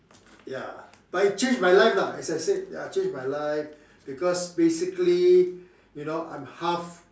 ya but it changed my life lah as I said ya change my life because basically you know I'm half